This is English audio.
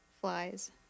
flies